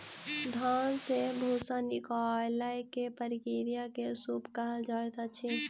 धान से भूस्सा निकालै के प्रक्रिया के सूप कहल जाइत अछि